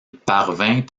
parvint